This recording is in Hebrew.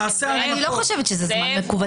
נעשה הנמקות --- אני לא חושבת שזה מכווץ.